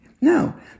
No